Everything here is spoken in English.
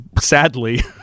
sadly